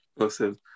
Awesome